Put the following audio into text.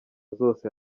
zose